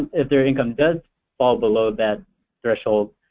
if their income does fall below that threshold,